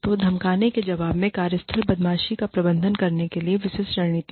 तो धमकाने के जवाब में कार्यस्थल बदमाशी का प्रबंधन करने के लिए विशिष्ट रणनीति